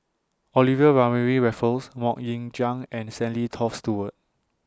Olivia Mariamne Raffles Mok Ying Jang and Stanley Toft Stewart